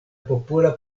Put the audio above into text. popola